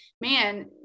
man